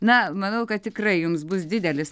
na manau kad tikrai jums bus didelis